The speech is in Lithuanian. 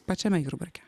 pačiame jurbarke